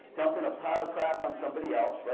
dumping a pile of crap on somebody else,